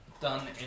done